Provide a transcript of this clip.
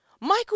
Michael